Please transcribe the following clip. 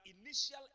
initial